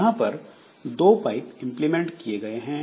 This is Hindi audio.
यहां पर 2 पाइप इंप्लीमेंट किए गए हैं